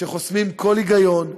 שחוסמים כל היגיון,